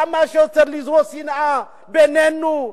כמה שיותר לזרות שנאה בינינו,